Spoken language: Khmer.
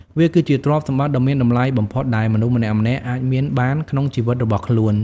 វាគឺជាទ្រព្យសម្បត្តិដ៏មានតម្លៃបំផុតដែលមនុស្សម្នាក់ៗអាចមានបានក្នុងជីវិតរបស់ខ្លួន។